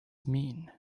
mean